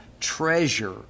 treasure